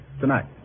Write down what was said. tonight